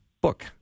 BOOK